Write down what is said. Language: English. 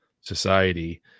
society